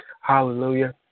Hallelujah